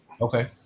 Okay